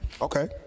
Okay